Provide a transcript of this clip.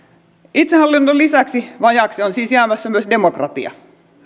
itsehallinnon lisäksi vajaaksi on siis jäämässä myös demokratia